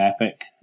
Epic